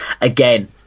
again